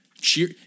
cheer